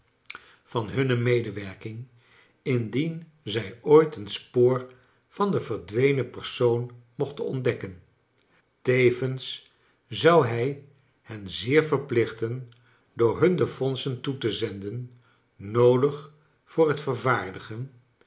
van hunne medewerking indien zij ooit een spoor van de verdwenen persoon mochten ontdekken tevens zou hij hen zeer verplichten door hun de fondsen toe te zenden noodig voor het vervaardigen